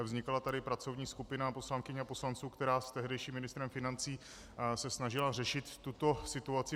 Vznikla tady pracovní skupina poslankyň a poslanců, která se s tehdejším ministrem financí snažila řešit tuto situaci.